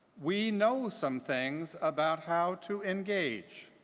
we know some things about how to engage.